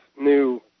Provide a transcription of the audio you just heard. new